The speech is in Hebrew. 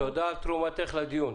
תודה על תרומתך לדיון,